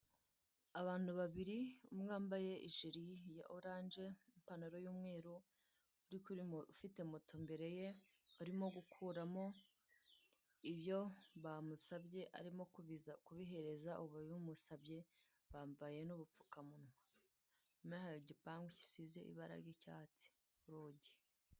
Abantu babiri umwe yambaye ijiri ya orange ipantaro y'umweru ufite moto imbere ye, urimo gukuramo ibyo bamusabye arimo kubihereza uwabimusabye bambaye n'ubupfukamunwa inyuma yaho hari igipangu gisize ibara ry'icyatsi ku rugi.